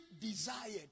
desired